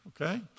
okay